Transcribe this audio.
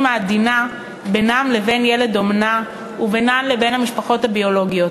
העדינה בינן לבין ילד האומנה ובינן לבין המשפחות הביולוגיות.